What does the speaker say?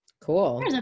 Cool